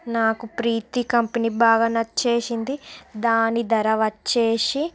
నాకు ప్రీతి కంపెనీ బాగా నచ్చేసింది దాని ధర వచ్చేసి